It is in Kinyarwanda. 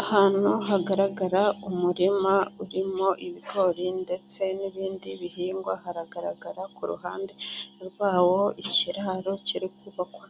Ahantu hagaragara umurima urimo ibigori ndetse n'ibindi bihingwa, haragaragara ku ruhande rwawo ikiraro kiri kubakwa